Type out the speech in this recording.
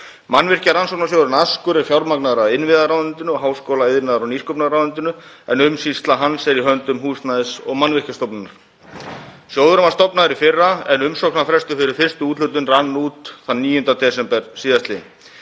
Mannvirkjarannsóknasjóðurinn Askur er fjármagnaður af innviðaráðuneytinu og háskóla-, iðnaðar- og nýsköpunarráðuneytinu, en umsýsla hans er í höndum Húsnæðis- og mannvirkjastofnunar. Sjóðurinn var stofnaður í fyrra en umsóknarfrestur fyrir fyrstu úthlutun rann út þann 9. desember síðastliðinn.